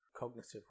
Cognitive